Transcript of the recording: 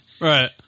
Right